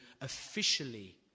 officially